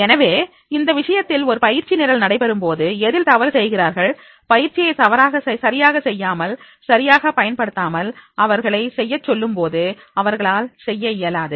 எனவே இந்த விஷயத்தில் ஒரு பயிற்சி நிரல் நடைபெறும்போது எதில் தவறு செய்கிறார்கள் பயிற்சியை சரியாக செய்யாமல் சரியாக பயன்படுத்தாமல் அவர்களை செய்ய சொல்லும் போது அவர்களால் செய்ய இயலாது